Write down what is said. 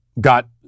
got